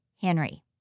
Henry